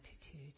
attitude